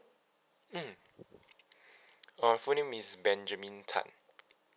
mm uh full name is benjamin tan